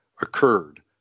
occurred